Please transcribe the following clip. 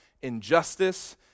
injustice